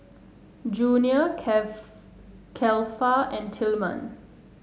Junior Cle Cleva and Tilman